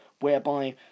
Whereby